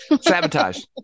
Sabotage